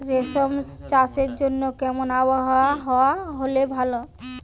রেশম চাষের জন্য কেমন আবহাওয়া হাওয়া হলে ভালো?